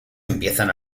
empiezan